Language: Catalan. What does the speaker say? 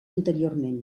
anteriorment